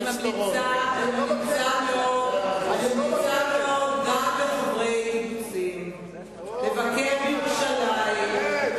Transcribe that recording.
אני ממליצה מאוד גם לחברי קיבוצים לבקר בירושלים,